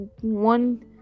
one